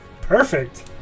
perfect